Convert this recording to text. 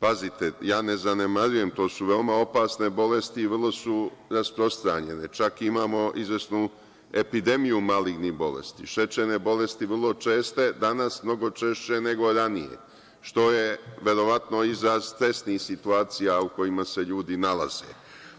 Pazite, ja ne zanemarujem, to su veoma opasne bolesti i vrlo su rasprostranjene, čak imamo izvesnu epidemiju malignih bolesti, šećerne bolesti vrlo česte, danas mnogo češće nego ranije, što je verovatno izraz stresnih situacija u kojima se ljudi nalaze,